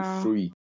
free